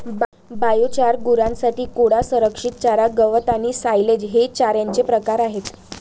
biochar, गुरांसाठी कोंडा, संरक्षित चारा, गवत आणि सायलेज हे चाऱ्याचे प्रकार आहेत